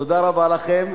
תודה רבה לכם.